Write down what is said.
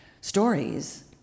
stories